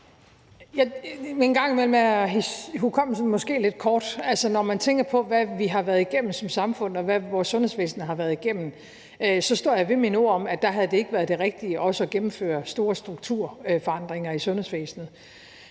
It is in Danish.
En gang imellem er hukommelsen måske lidt kort. Når man tænker på, hvad vi har været igennem som samfund, og hvad vores sundhedsvæsen har været igennem, så står jeg ved mine ord om, at der havde det ikke været det rigtige også at gennemføre store strukturforandringer i sundhedsvæsenet.